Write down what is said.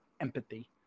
empathy